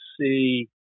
see